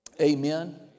Amen